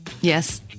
Yes